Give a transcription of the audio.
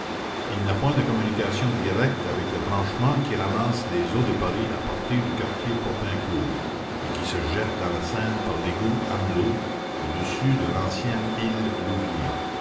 il n'a point de communication directe avec le branchement qui ramasse les eaux de paris à partir du quartier popincourt et qui se jette dans la seine par l'égout amelot au-dessus de l'ancienne île louviers